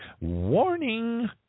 warning